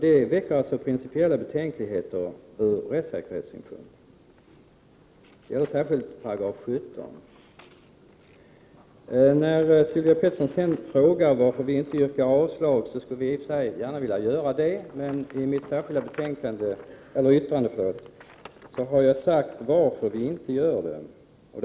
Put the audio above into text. Det väcker principiella betänkligheter ur rättssäkerhetssynpunkt, och det gäller då särskilt 17 § i lagförslaget. Sylvia Pettersson frågar sedan varför vi inte yrkar avslag. Vi skulle i och för sig gärna vilja göra detta, men av mitt särskilda yttrande framgår varför vi inte gör detta.